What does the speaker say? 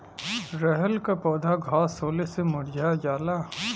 रहर क पौधा घास होले से मूरझा जाला